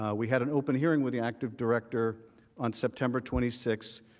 we had an open hearing with the active director on september twenty six,